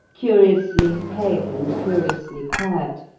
curiously pale and curiously quiet,